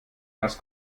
das